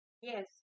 Yes